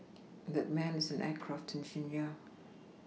that man is an aircraft engineer